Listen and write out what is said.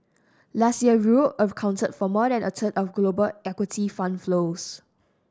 last year Europe accounted for more than a third of global equity fund flows